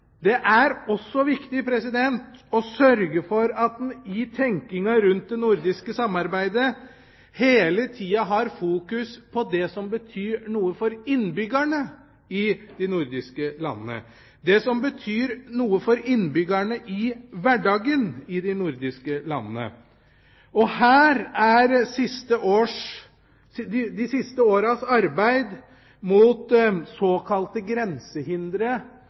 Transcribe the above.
det er også viktig å sørge for at en i tenkningen rundt det nordiske samarbeidet hele tida fokuserer på det som betyr noe for innbyggerne i de nordiske landene – i hverdagen. Her er de siste års arbeid mot såkalte grensehindre svært viktig. Det er